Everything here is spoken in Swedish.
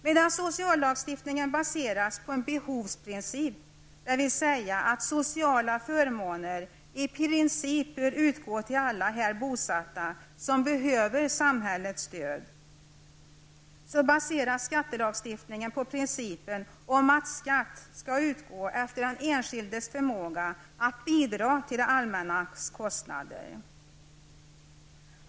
Medan sociallagstiftningen baseras på en behovsprincip, dvs. att sociala förmåner i princip bör utgå till alla här bosatta som behöver samhällets stöd, baseras skattelagstiftningen på principen om att skatt skall utgå efter den enskildes förmåga att bidra till det allmännas kostnader.